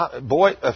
boy